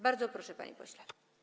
Bardzo proszę, panie pośle.